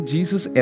Jesus